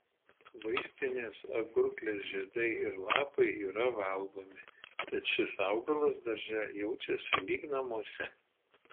vaistinės agurklės žiedai ir lapai yra valgomi tad šis augalas darže jaučiasi lyg namuose